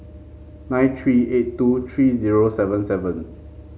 nine three eight two three zero seven seven